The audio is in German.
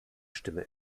stimme